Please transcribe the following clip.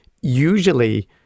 usually